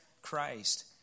Christ